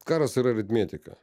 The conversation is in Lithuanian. karas yra aritmetika